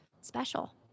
special